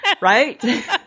right